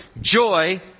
joy